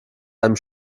einem